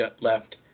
left